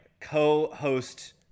co-host